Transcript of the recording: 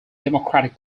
democratic